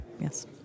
Yes